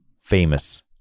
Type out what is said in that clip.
famous